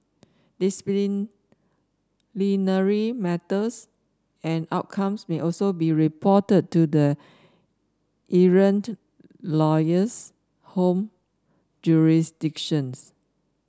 disciplinary matters and outcomes may also be reported to the errant lawyer's home jurisdictions